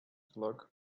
flock